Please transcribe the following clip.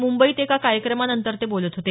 मुंबईत एका कार्यक्रमानंतर ते बोलत होते